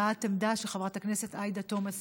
הבעת דעה של חברת הכנסת עאידה תומא סלימאן.